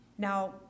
Now